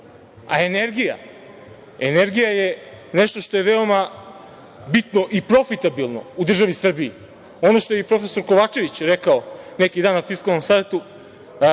o energetici, a energija je nešto što je veoma bitno i profitabilno u državi Srbiji. Ono što je i profesor Kovačević rekao pre neki dan na Fiskalnom savetu